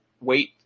wait